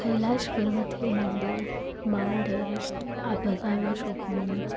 કૈલાશ પર્વતથી માંડીને Mount Everest આ બધાનો શોખ મને છે